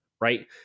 right